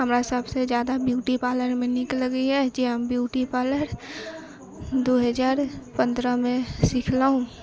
हमरा सबसे जादा ब्यूटीपार्लर मे नीक लगैत अछि या हम ब्यूटीपार्लर दू हजार पंद्रह मे सीखलहुॅं